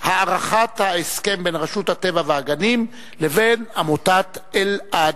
הארכת ההסכם בין רשות הטבע והגנים לבין עמותת אלע"ד.